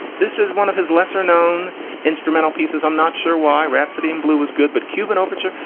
this is one of his lesser known instrumental pieces. i'm not sure why rhapsody in blue is good, but cuban overture.